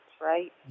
right